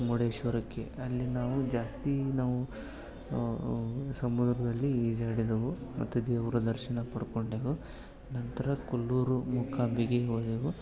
ಮುರುಡೇಶ್ವರಕ್ಕೆ ಅಲ್ಲಿ ನಾವು ಜಾಸ್ತಿ ನಾವು ಸಮುದ್ರದಲ್ಲಿ ಈಜಾಡಿದೆವು ಮತ್ತು ದೇವರ ದರ್ಶನ ಪಡ್ಕೊಂಡೆವು ನಂತರ ಕೊಲ್ಲೂರು ಮುಕಾಂಬಿಕೆಗೆ ಹೋದೆವು